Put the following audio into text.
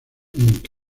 inc